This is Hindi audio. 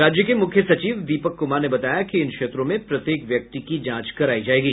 राज्य के मुख्य सचिव दीपक कुमार ने बताया कि इन क्षेत्रों में प्रत्येक व्यक्ति की जांच करायी जाएगी